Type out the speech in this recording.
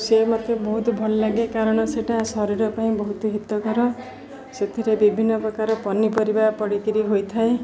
ସେ ମୋତେ ବହୁତ ଭଲ ଲାଗେ କାରଣ ସେଟା ଶରୀର ପାଇଁ ବହୁତ ହିତକର ସେଥିରେ ବିଭିନ୍ନ ପ୍ରକାର ପନିପରିବା ପଡ଼ି କରି ହୋଇଥାଏ